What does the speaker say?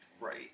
Right